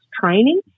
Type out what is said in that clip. training